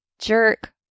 jerk